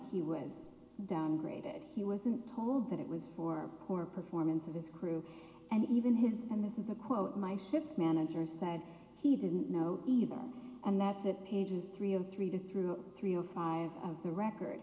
he was downgraded he wasn't told that it was for poor performance of his crew and even his and this is a quote my th manager side he didn't know either and that's it pages three of three through three or five of the record